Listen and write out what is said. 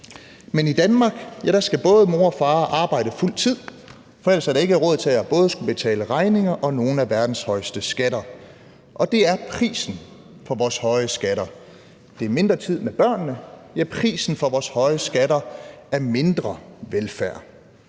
Men i Danmark skal både mor og far arbejde fuld tid, for ellers er der ikke råd til at skulle betale både regninger og nogle af verdens højeste skatter. Det er prisen for vores høje skatter. Det er mindre tid med børnene. Ja, prisen for vores høje skatter er mindre velfærd.